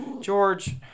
George